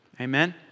Amen